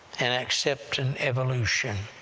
and accepting evolution.